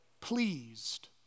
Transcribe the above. pleased